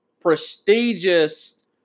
prestigious